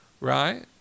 right